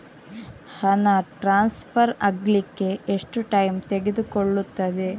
ಹಣ ಟ್ರಾನ್ಸ್ಫರ್ ಅಗ್ಲಿಕ್ಕೆ ಎಷ್ಟು ಟೈಮ್ ತೆಗೆದುಕೊಳ್ಳುತ್ತದೆ?